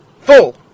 Full